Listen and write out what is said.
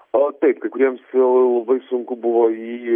o taip kai kuriems jau labai sunku buvo jį